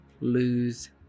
lose